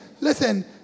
Listen